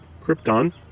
Krypton